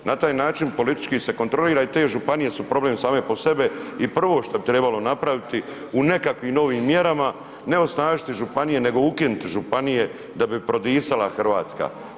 Na taj način politički se kontrolira i te županije su problem same po sebi i prvo što bi trebalo napraviti u nekakvim novim mjerama, ne osnažiti županije nego ukinuti županije da bi prodisala Hrvatska.